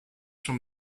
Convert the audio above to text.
from